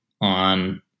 on